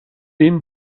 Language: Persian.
این